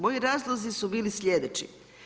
Moj razlozi su bili slijedeći.